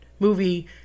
movie